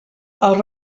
els